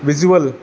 visual